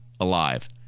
alive